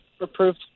approved